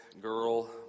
girl